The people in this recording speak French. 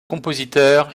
compositeur